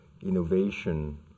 innovation